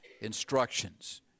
instructions